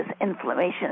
inflammation